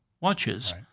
watches